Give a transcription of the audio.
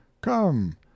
Come